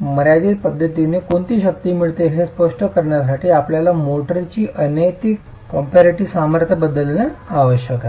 मर्यादीत पद्धतीने कोणती शक्ती मिळते हे स्पष्ट करण्यासाठी आपल्याला मोर्टारची अनैतिक कॉम्पॅरिटी सामर्थ्य बदलणे आवश्यक आहे